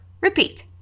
Repeat